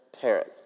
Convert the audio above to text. parent